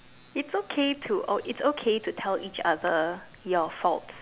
it's okay to uh it's okay to tell each other your faults